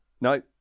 No